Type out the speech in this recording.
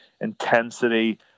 intensity